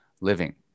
living